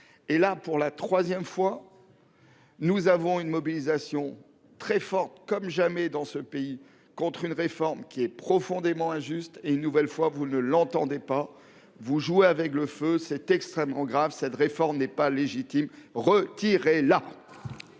pour la troisième fois, nous sommes face à une mobilisation très forte, comme jamais dans ce pays, contre une réforme profondément injuste. De nouveau, vous ne l'entendez pas. Vous jouez avec le feu, c'est extrêmement grave. Cette réforme n'est pas légitime, retirez-la !